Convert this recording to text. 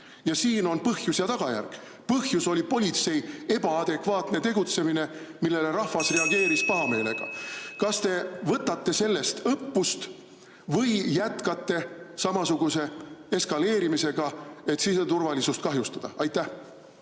Ja siin on põhjus ja tagajärg: põhjus oli politsei ebaadekvaatne tegutsemine, millele rahvas reageeris pahameelega. Kas te võtate sellest õppust või jätkate samasugust eskaleerimist, et siseturvalisust kahjustada? Aitäh!